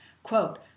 Quote